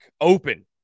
open